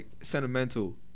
sentimental